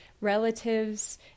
relatives